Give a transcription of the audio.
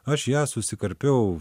aš ją susikarpiau